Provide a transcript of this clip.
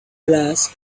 glass